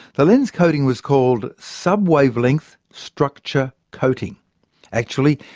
the lens coating was called subwavelength structure coating actually,